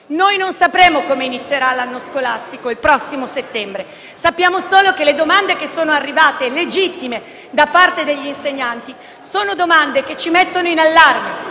Non sapremo come inizierà l'anno scolastico il prossimo settembre; sappiamo solo che le domande che sono arrivate, legittime, da parte degli insegnanti ci mettono in allarme